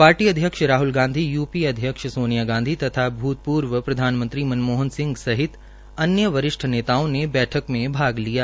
party अध्यक्ष Rahul Gandhi UPA अध्यक्षा सोनिया गांधी तथा भूतपूर्व प्रधानमंत्री मनमोहन सिंह सहित अन्य वरिष्ठ नेताओं ने बैठक में भाग लिया